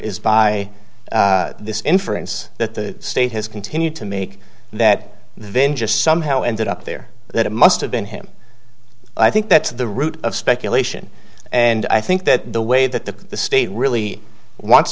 is by this inference that the state has continued to make that then just somehow ended up there that it must have been him i think that's the root of speculation and i think that the way that the state really wants